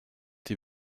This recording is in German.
die